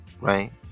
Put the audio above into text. right